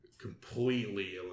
completely